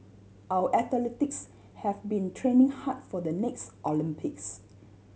our athletes have been training hard for the next Olympics